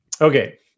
Okay